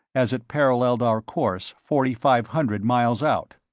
as it paralleled our course forty-five hundred miles out.